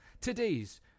today's